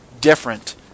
different